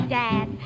dad